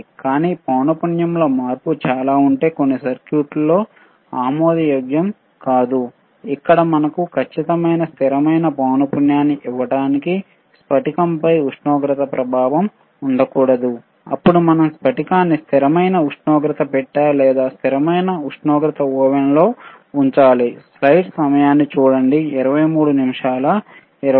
కానీ పౌనపున్యం లో మార్పు చాలా ఉంటే కొన్ని సర్క్యూట్లలో కూడా ఆమోదయోగ్యం కాదు ఇక్కడ మనకు ఖచ్చితమైన స్థిరమైన పౌన పున్యాన్ని ఇవ్వడానికి స్ఫటికాo పై ఉష్ణోగ్రత ప్రభావం ఉండకూడదు అప్పుడు మనం స్ఫటికాన్ని స్థిరమైన ఉష్ణోగ్రత పెట్టె లేదా స్థిరమైన ఉష్ణోగ్రత ఓవెన్ లో ఉంచాలి